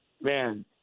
man